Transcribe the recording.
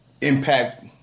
impact